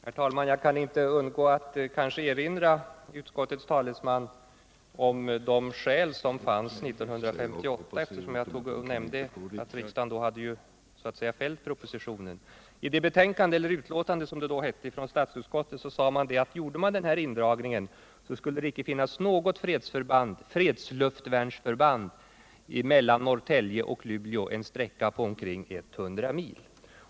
Herr talman! Jag kan inte underlåta att erinra utskottets talesman om de skäl som förelåg vid 1958 års beslut, eftersom jag nämnde att riksdagen då fällde propositionen. I statsutskottets utlåtande, som det då hette, sade man att om den aktuella indragningen gjordes så skulle det icke finnas något fredsluftvärnsförband mellan Norrtälje och Luleå, en sträcka på omkring 100 mil.